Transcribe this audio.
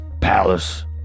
palace